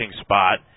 spot